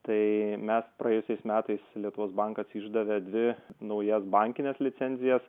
tai mes praėjusiais metais lietuvos bankas išdavė dvi naujas bankines licenzijas